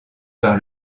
par